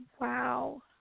Wow